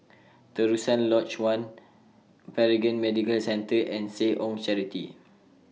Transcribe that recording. Terusan Lodge one Paragon Medical Centre and Seh Ong Charity